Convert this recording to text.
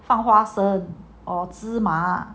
放花生 or 芝麻